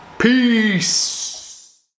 Peace